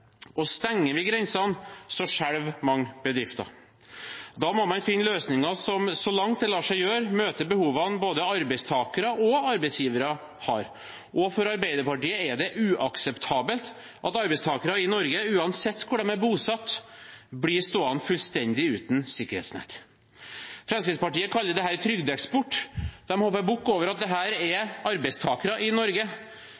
og stenger vi grensene, skjelver mange bedrifter. Da må man finne løsninger som så langt det lar seg gjøre, møter behovene både arbeidstakere og arbeidsgivere har. For Arbeiderpartiet er det uakseptabelt at arbeidstakere i Norge, uansett hvor de er bosatt, blir stående fullstendig uten sikkerhetsnett. Fremskrittspartiet kaller dette trygdeeksport. De hopper bukk over at dette er arbeidstakere i Norge. Fremskrittspartiets budskap til disse arbeidstakerne er